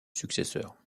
successeur